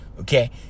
Okay